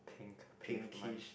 thing to pavement